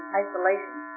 isolation